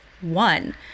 one